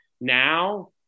now